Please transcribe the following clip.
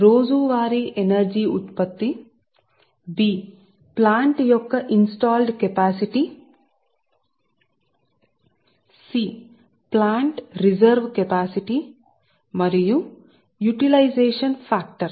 రోజువారీ పవర్ ని ఉత్పత్తి చేస్తుంది మరియు C ప్లాంట్ రిజర్వు కెపాసిటీ మరియు D యుటిలైజేసన్ ఫాక్టర్